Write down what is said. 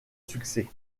succès